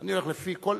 אני הולך לפי כל,